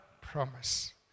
promise